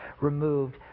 removed